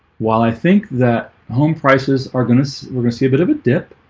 while i think that home prices are gonna so we're gonna see a bit of a dip